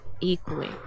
equally